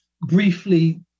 briefly